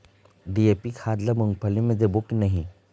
DAP खाद ला मुंगफली मे देबो की नहीं?